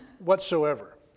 whatsoever